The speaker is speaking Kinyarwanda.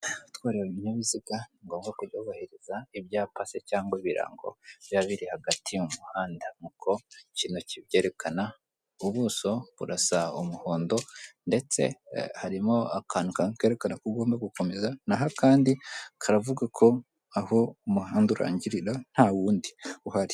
Gutwara ibinyabiziga ni ngombwa kujya wubahiriza ibyapa se cyangwa ibirango biba biri hagati y'umuhanda; nk' uko kino kibyerekana ubuso burasa umuhondo ndetse harimo akantu kerekana ko ugomba gukomeza, na ho akandi karavuga ko aho umuhanda urangirira nta wundi uhari.